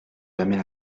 jamais